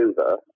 over